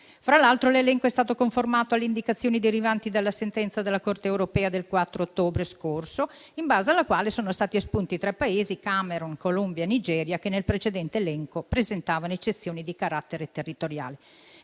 Fra l'altro, l'elenco è stato conformato alle indicazioni derivanti dalla sentenza della Corte europea del 4 ottobre scorso, in base alla quale sono stati espunti tre Paesi - Camerun, Columbia e Nigeria - che, nel precedente elenco, presentavano eccezioni di carattere territoriale.